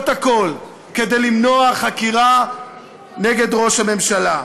הכול כדי למנוע חקירה נגד ראש הממשלה.